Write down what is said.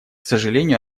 сожалению